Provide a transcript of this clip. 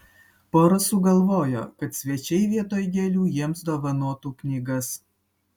pora sugalvojo kad svečiai vietoj gėlių jiems dovanotų knygas